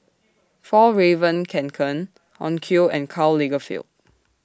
Fjallraven Kanken Onkyo and Karl Lagerfeld